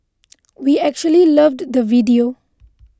we actually loved the video